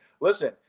listen